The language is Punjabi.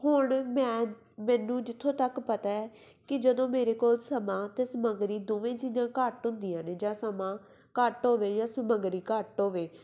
ਹੁਣ ਮੈਂ ਮੈਨੂੰ ਜਿੱਥੋਂ ਤੱਕ ਪਤਾ ਕਿ ਜਦੋਂ ਮੇਰੇ ਕੋਲ ਸਮਾਂ ਅਤੇ ਸਮੱਗਰੀ ਦੋਵੇਂ ਚੀਜ਼ਾਂ ਘੱਟ ਹੁੰਦੀਆਂ ਨੇ ਜਾਂ ਸਮਾਂ ਘੱਟ ਹੋਵੇ ਜਾਂ ਸਮੱਗਰੀ ਘੱਟ ਹੋਵੇ